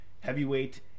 heavyweight